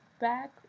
back